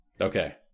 Okay